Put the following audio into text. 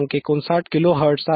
59 KHz आहे